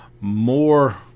more